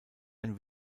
ein